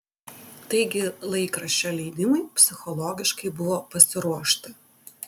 taigi laikraščio leidimui psichologiškai buvo pasiruošta